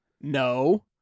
No